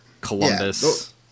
Columbus